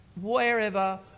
wherever